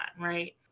right